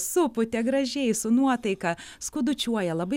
supūtė gražiai su nuotaika skudučiuoja labai